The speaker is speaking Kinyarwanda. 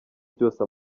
byose